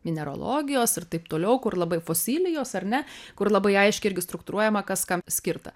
mineralogijos ir taip toliau kur labai fosilijos ar ne kur labai aiški irgi struktūruojama kas kam skirta